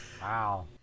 Wow